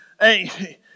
Hey